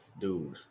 dude